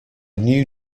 new